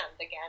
again